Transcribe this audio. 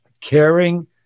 caring